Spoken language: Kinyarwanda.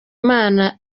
imana